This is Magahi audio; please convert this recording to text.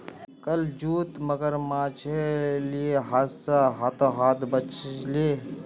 कल जूत मगरमच्छेर ली हादसा ह त ह त बच ले